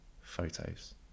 photos